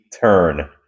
turn